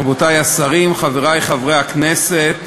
רבותי השרים, חברי חברי הכנסת,